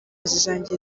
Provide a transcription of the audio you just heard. zanjye